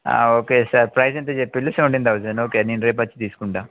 okay sir price ఎంతో చెప్పండి seventeen thousand okay నేను రేపొచ్చి తీసుకుంటా